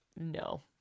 no